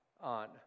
on